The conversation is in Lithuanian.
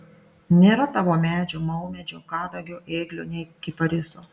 nėra tavo medžio maumedžio kadagio ėglio nei kipariso